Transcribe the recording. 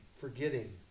forgetting